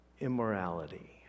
immorality